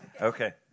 okay